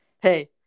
hey